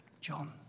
John